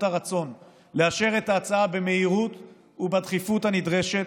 הרצון לאשר את ההצעה במהירות ובדחיפות הנדרשת,